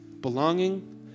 belonging